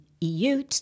EU